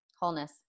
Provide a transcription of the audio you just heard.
Wholeness